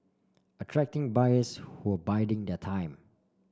attracting buyers who were biding their time